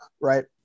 right